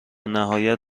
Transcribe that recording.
نهایت